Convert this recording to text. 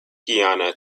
guiana